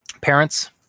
parents